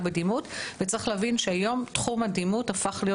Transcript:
צריך להבין שהיום תחום הדימות הפך להיות